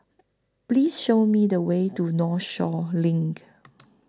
Please Show Me The Way to Northshore LINK